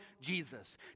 Jesus